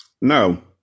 No